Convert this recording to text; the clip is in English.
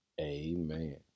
amen